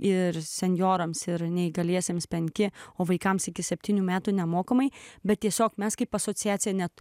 ir senjorams ir neįgaliesiems penki o vaikams iki septynių metų nemokamai bet tiesiog mes kaip asociacija net